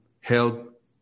help